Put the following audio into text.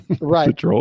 Right